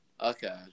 Okay